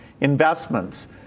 investments